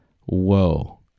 Whoa